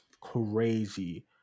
crazy